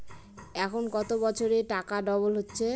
এখন কত বছরে টাকা ডবল হচ্ছে?